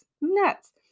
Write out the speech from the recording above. Nuts